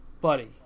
buddy